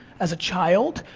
as a child,